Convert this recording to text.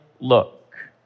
Look